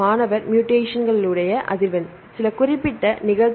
மாணவர் மூடேஷன்களுடைய அதிர்வெண் மூடேஷன்களுடைய அதிர்வெண் மாணவர் குறிப்பிட்ட மூடேஷன்